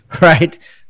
right